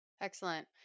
excellent